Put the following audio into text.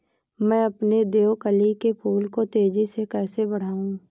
मैं अपने देवकली के फूल को तेजी से कैसे बढाऊं?